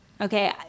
okay